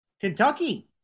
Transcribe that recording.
Kentucky